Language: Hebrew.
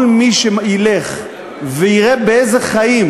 כל מי שילך ויראה באיזה תנאים חיים